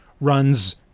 runs